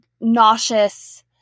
nauseous